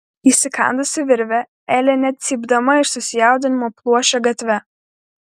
įsikandusi virvę elė net cypdama iš susijaudinimo pluošė gatve